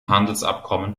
handelsabkommen